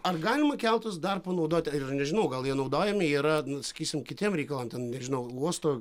ar galima keltus dar panaudoti nežinau gal jie naudojami yra sakysim kitiem reikalam ten nežinau uosto